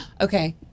Okay